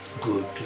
Good